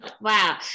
Wow